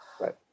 Right